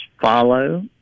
follow